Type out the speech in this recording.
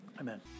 amen